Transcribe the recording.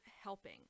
helping